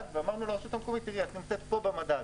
ואמרנו לרשות המקומית: את נמצאת פה במדד,